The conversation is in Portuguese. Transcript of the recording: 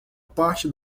parte